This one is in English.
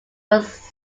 was